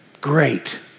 Great